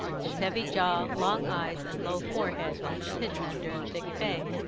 his heavy jaw, long eyes, and low forehead almost hidden under a thick bang.